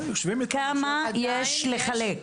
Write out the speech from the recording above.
כמה יש לחלק?